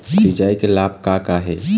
सिचाई के लाभ का का हे?